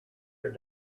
are